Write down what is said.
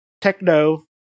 Techno